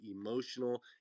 emotional